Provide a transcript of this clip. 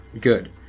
good